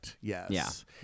Yes